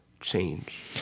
Change